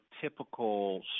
typical